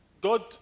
God